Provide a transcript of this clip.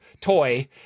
toy